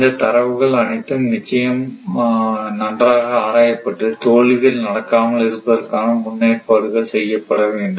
இந்தத் தரவுகள் அனைத்தும் நிச்சயம் நன்றாக ஆராயப்பட்டு தோல்விகள் நடக்காமல் இருப்பதற்கான முன்னேற்பாடுகள் செய்யப்பட வேண்டும்